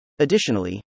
Additionally